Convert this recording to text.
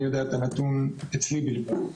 אני יודע את הנתון אצלי בלבד.